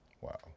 Wow